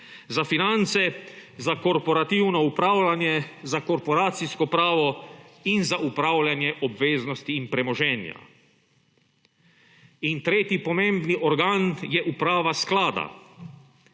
za finance, za korporativno upravljanje, za korporacijsko pravo in za upravljanje obveznosti in premoženja. In tretji pomembni organ je uprava sklada.